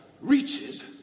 reaches